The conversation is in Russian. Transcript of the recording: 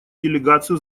делегацию